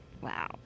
Wow